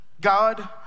God